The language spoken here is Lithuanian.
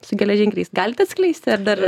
su geležinkeliais galite atskleisti ar dar